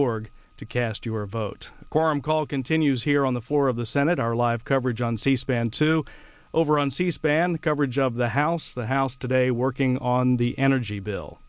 org to cast your vote quorum call continues here on the floor of the senate our live coverage on c span two over on c span coverage of the house the house today working on the energy bill